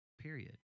period